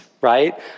right